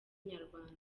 inyarwanda